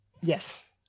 Yes